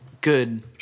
good